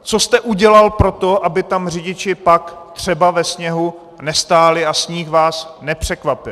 Co jste udělal pro to, aby tam řidiči pak třeba ve sněhu nestáli a sníh vás nepřekvapil?